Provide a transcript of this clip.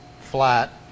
flat